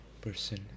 person